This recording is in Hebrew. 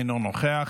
אינו נוכח,